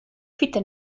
fite